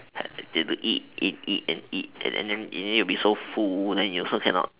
you have to eat eat and eat and then then you will be so full then you also cannot